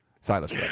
Silas